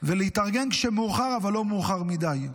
ולהתארגן כשמאוחר, אבל לא מאוחר מדי.